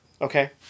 Okay